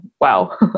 Wow